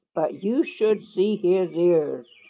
but you should see his ears.